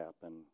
happen